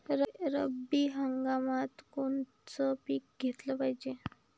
रब्बी हंगामात कोनचं पिक घेतलं जाते?